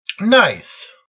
Nice